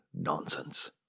nonsense